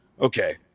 okay